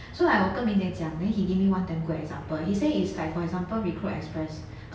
so like 我跟 ming jie 讲 then he give me one damn good example he said is like for example recruit express